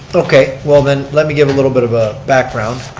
okay, well then let me give a little bit of a background.